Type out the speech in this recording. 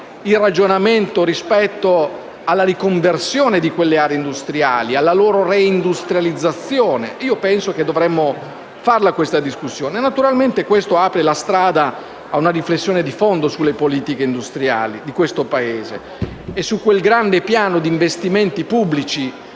il ragionamento rispetto alla loro riconversione e alla loro reindustrializzazione. Penso che dovremmo fare questa discussione. Naturalmente ciò apre la strada a una riflessione di fondo sulle politiche industriali del Paese e su quel grande piano di investimenti pubblici...